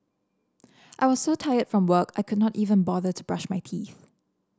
I was so tired from work I could not even bother to brush my teeth